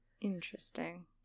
Interesting